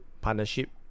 partnership